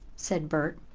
said bert.